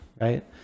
right